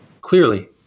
Clearly